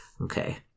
Okay